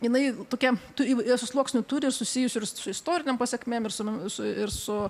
jinai tokia tų įvairiausių sluoksnių turi susijusių ir su istorinėm pasekmėm ir su ir su